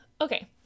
Okay